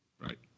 Right